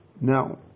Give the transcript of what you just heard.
Now